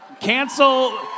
Cancel